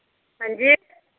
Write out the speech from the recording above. हां जी